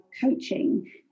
coaching